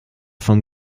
vom